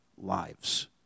lives